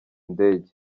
indege